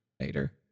later